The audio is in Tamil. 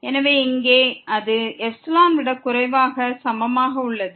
எனவே இங்கே அது εஐ விட குறைவாக அல்லது சமமாக உள்ளது